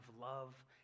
love